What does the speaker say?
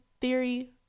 theory